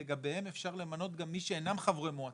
לגביהן, אפשרות למנות גם מי שאינם חברי מועצה.